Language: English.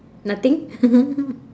nothing